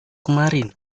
kemarin